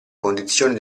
condizioni